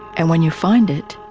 and when you find it,